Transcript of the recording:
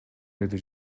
деди